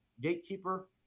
gatekeeper